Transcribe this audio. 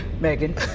Megan